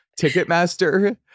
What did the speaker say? Ticketmaster